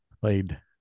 Played